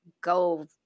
go